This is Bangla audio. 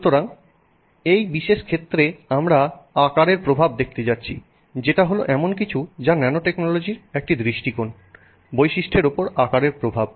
সুতরাং এই বিশেষ ক্ষেত্রে আমরা আকারের প্রভাব দেখতে যাচ্ছি যেটা হল এমন কিছু যা ন্যানোটেকনোলজির একটি দৃষ্টিকোণ বৈশিষ্ট্যের উপর আকার এর প্রভাব